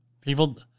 People